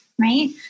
right